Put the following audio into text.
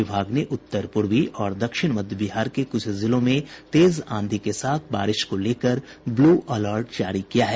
विभाग ने उत्तर पूर्वी और दक्षिण मध्य बिहार के कुछ जिलों में तेज आंधी के साथ बारिश को लेकर ब्लू अलर्ट जारी किया है